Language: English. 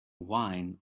wine